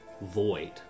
void